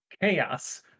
Chaos